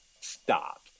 stop